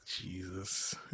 jesus